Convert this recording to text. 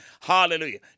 Hallelujah